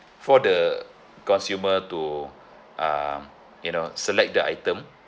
for the consumer to um you know select the item